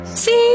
See